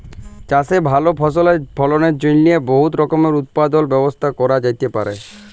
চাষে ভাল ফসলের ফলনের জ্যনহে বহুত রকমের উৎপাদলের ব্যবস্থা ক্যরা যাতে পারে